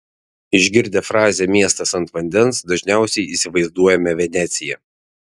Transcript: išgirdę frazę miestas ant vandens dažniausiai įsivaizduojame veneciją